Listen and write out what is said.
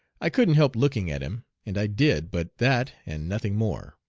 i couldn't help looking at him, and i did but that, and nothing more.